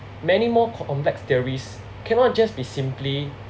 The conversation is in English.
many more complex theories cannot just be simply